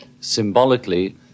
symbolically